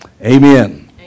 Amen